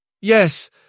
Yes